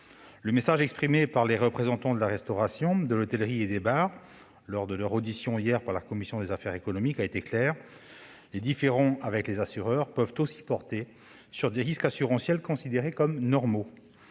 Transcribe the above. Le message exprimé par les représentants de la restauration, de l'hôtellerie et des bars lors de leur audition hier par la commission des affaires économiques a été clair. Les différends avec les assureurs peuvent aussi porter sur des risques assurantiels considérés comme normaux